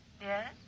Yes